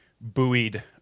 buoyed